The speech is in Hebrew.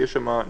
יש שם נוף,